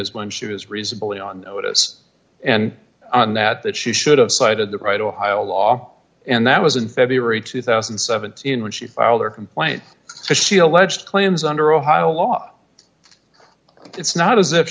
is when she was reasonably on notice and on that that she should have cited the right ohio law and that was in february two thousand and seventeen when she filed a complaint so she alleged claims under ohio law it's not as if